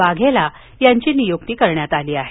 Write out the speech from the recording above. वाघेला यांची नियुक्ती करण्यात आली आहे